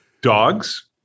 dogs